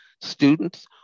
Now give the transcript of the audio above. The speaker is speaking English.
students